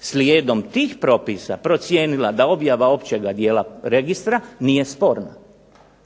slijedom tih propisa procijenila da objava općega dijela Registra nije sporna.